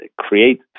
create